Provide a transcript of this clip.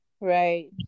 right